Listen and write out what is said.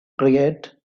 create